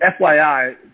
fyi